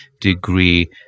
degree